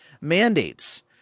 mandates